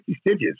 stitches